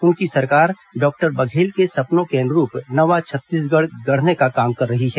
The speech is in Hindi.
उनकी सरकार डॉक्टर बघेल के सपनों के अनुरूप नवा छत्तीसगढ़ गढ़ने का काम कर रही है